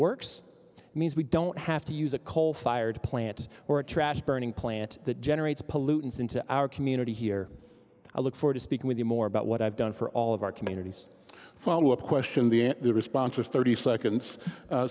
works means we don't have to use a coal fired plant or a trash burning plant that generates pollutants into our community here i look forward to speaking with you more about what i've done for all of our communities follow up question the answer the response was thirty seconds